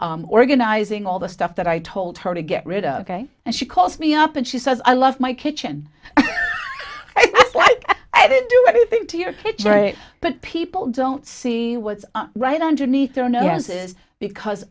organizing all the stuff that i told her to get rid of and she calls me up and she says i love my kitchen i didn't do anything to your picture but people don't see what's right underneath their noses because